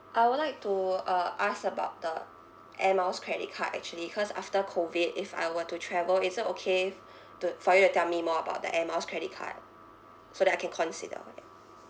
I would like to uh ask about the air miles credit card actually cause after COVID if I were to travel is it okay f~ to for you tell me more about the air miles credit card so that I can consider ya